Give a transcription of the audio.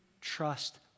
trust